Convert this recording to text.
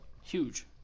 Huge